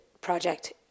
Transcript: project